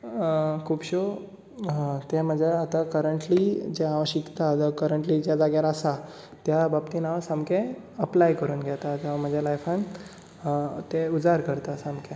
खुबश्यो ते म्हाज्या आता करन्टली जें हांव शिकता जावं करन्टली ज्या जाग्यार आसा त्या बाबतींत हांव सामकें अप्लाय करून घेता आतां म्हाज्या लायफान तें उजार करता सामकें